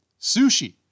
sushi